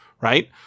right